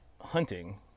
hunting